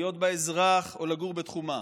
להיות בה אזרח או לגור בתחומה,